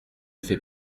fait